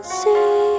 see